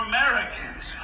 Americans